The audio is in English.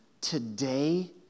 today